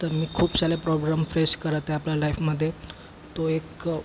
तर मी खूप साऱ्या प्रॉब्रम फेस करत आहे आपल्या लाईफमध्ये तो एक